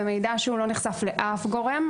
זה מידע שלא נחשף לאף גורם,